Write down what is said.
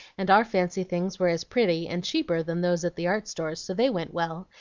and our fancy things were as pretty and cheaper than those at the art stores, so they went well,